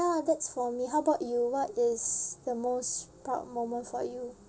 ya that's for me how about you what is the most proud moment for you